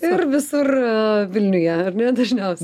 ir visur vilniuje ar ne dažniausiai